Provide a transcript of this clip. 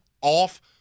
off